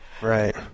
Right